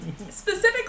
Specifically